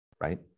right